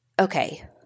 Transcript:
okay